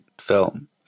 film